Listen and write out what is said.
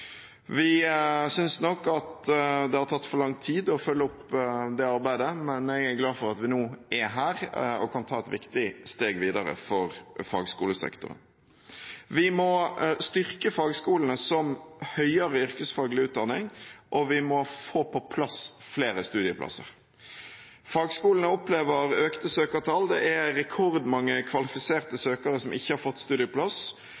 Vi synes nok at det har tatt for lang tid å følge opp det arbeidet, men jeg er glad for at vi nå er her og kan ta et viktig steg videre for fagskolesektoren. Vi må styrke fagskolene som høyere yrkesfaglig utdanning, og vi må få på plass flere studieplasser. Fagskolene opplever økte søkertall. Det er rekordmange kvalifiserte søkere som ikke har fått studieplass,